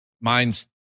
mine's